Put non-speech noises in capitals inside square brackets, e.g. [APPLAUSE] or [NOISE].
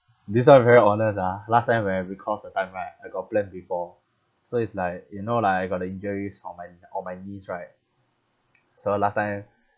this [one] very honest ah last time when I recourse the time right I got plan before so it's like you know lah I got the injuries on my on my knees right [NOISE] so last time